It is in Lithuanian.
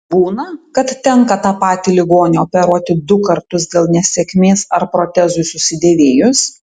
būna kad tenka tą patį ligonį operuoti du kartus dėl nesėkmės ar protezui susidėvėjus